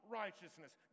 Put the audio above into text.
righteousness